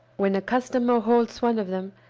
when a customer halts one of them,